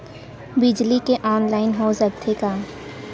बिजली के ऑनलाइन हो सकथे का?